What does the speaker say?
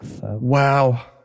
Wow